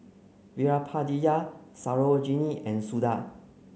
Veerapandiya Sarojini and Suda